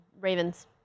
Ravens